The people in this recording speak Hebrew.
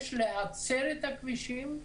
יש להצר את הכבישים,